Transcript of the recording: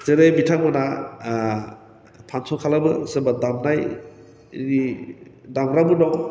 जेरै बिथांमोनहा पारथ' खालामो सोरबा दामनाय दाग्राबो दं